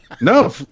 no